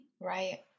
right